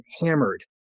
hammered